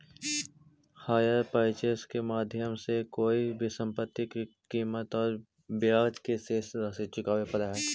hire purchase के माध्यम से कोई संपत्ति के कीमत औउर ब्याज के शेष राशि चुकावे पड़ऽ हई